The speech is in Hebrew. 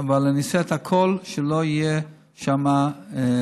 אבל אני אעשה את הכול שלא יהיו שם מכרות.